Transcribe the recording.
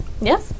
Yes